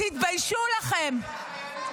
תתביישו לכם.